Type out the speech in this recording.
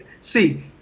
see